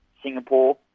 Singapore